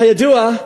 כידוע,